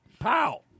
Pow